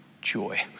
joy